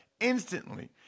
instantly